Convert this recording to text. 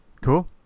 cool